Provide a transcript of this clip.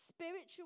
Spiritual